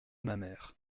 mamère